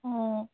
অঁ